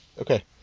Okay